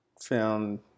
found